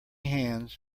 hands